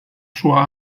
sua